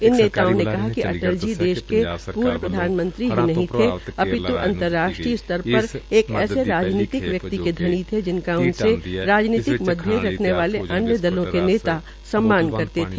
इन नेताओं ने कहा कि अटल जी देश के पूर्व प्रधानमंत्री ही नहीं थे अपित् अंतर्राष्ट्रीय स्तर पर एक ऐसे राजनीतिक व्यक्ति के धनी थे जिनका उनसे राजनीतिक मतभेद रखने वाले अन्य दलों के नेता सम्मान करते थे